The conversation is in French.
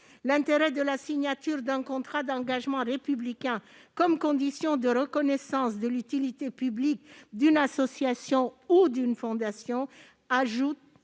fait que la signature d'un contrat d'engagement républicain conditionne la reconnaissance de l'utilité publique d'une association ou d'une fondation.